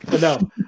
No